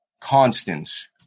constants